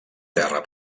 terra